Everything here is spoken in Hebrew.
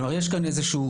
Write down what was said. כלומר, יש כאן איזשהו